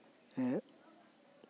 ᱮᱜ